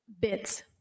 Bits